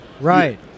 Right